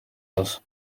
hose